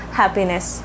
happiness